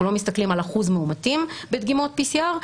לא מסתכלים על אחוז מאומתים בדגימות PCR,